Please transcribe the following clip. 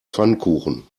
pfannkuchen